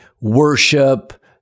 worship